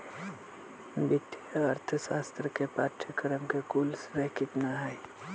वित्तीय अर्थशास्त्र के पाठ्यक्रम के कुल श्रेय कितना हई?